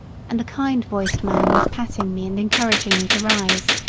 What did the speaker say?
and a kind-voiced man was patting me and encouraging me to rise.